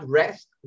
rest